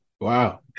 Wow